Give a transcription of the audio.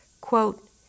Quote